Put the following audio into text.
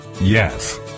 Yes